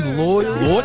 loyal